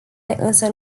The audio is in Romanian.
însă